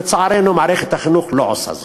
ולצערנו מערכת החינוך לא עושה זאת.